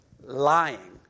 Lying